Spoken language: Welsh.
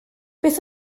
beth